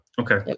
Okay